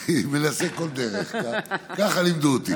אני מנסה כל דרך, ככה לימדו אותי.